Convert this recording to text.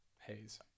Haze